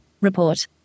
Report